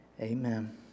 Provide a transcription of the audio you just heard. Amen